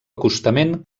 acostament